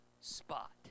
spot